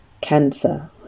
cancer